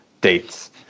dates